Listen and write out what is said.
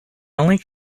only